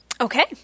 Okay